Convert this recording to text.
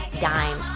Dime